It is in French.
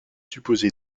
supposé